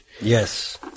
Yes